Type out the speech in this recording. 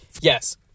Yes